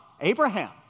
Abraham